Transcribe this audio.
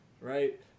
Right